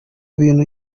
bintu